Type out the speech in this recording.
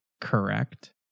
correct